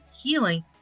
healing